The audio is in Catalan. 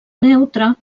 neutre